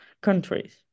countries